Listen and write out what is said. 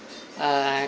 uh